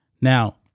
Now